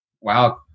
wow